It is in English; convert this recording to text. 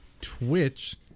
Twitch